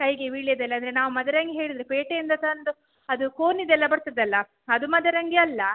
ಕೈಗೆ ವೀಳ್ಯದೆಲೆ ಅಂದರೆ ನಾವು ಮದರಂಗಿ ಹೇಳಿದರೆ ಪೇಟೆಯಿಂದ ತಂದು ಅದು ಕೋನಿದೆಲ್ಲ ಬರ್ತದಲ್ಲ ಅದು ಮದರಂಗಿ ಅಲ್ಲ